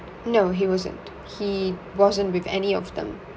no he wasn't he wasn't with any of them